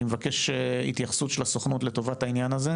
אני מבקש התייחסות של הסוכנות לטובת העניין הזה,